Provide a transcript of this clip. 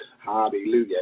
Hallelujah